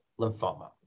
lymphoma